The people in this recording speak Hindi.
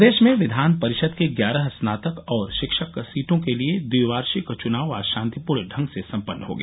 प्रदेश में विधान परिषद की ग्यारह स्नातक और शिक्षक सीटों के लिये द्विवार्षिक चुनाव आज शान्तिपूर्वक ढंग से सम्पन्न हो गया